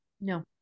No